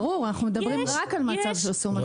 ברור, אנחנו מדברים רק על מצב שעשו משהו לא בסדר.